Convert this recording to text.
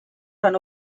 van